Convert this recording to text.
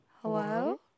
Hello